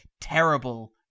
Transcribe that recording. terrible